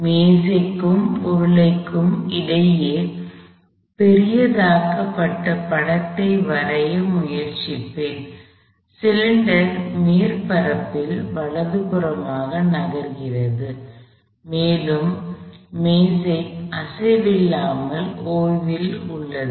மேசைக்கும் உருளைக்கும் இடையே பெரிதாக்கப்பட்ட படத்தை வரைய முயற்சிப்பேன் சிலிண்டர் மேற்பரப்பு வலதுபுறமாக நகர்கிறது மேலும் மேசை அசைவில்லாமல் ஓய்வில் உள்ளது